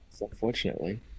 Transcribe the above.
unfortunately